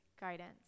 guidance